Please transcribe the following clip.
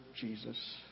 Jesus